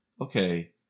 okay